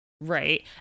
right